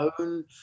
own